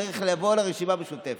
צריך לבוא לרשימה המשותפת.